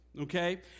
Okay